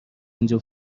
اینجا